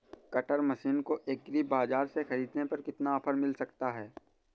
Cutter machine को agri बाजार से ख़रीदने पर कितना ऑफर मिल सकता है?